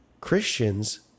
Christians